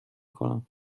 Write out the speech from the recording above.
کنم